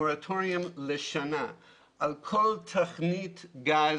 מורטוריום לשנה על כל תוכנית גז,